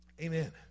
Amen